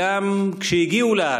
גם כשהגיעו לארץ,